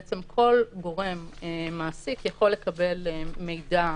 בעצם כל גורם מעסיק יכול לקבל מידע